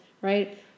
right